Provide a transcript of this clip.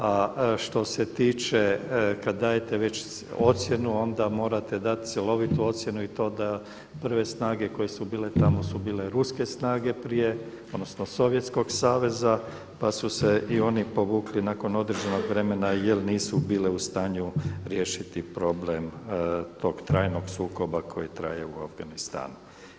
A što se tiče kada dajete već ocjenu onda morate dati cjelovitu ocjenu i to da prve snage koje su bile tamo su bile ruske snage prije odnosno Sovjetskog saveza pa su se i oni povukli na određenog vremena jel nisu bile u stanju riješiti problem tog trajnog sukoba koji traje u Afganistanu.